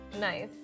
nice